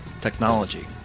Technology